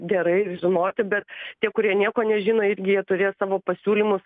gerai žinoti bet tie kurie nieko nežino irgi jie turės savo pasiūlymus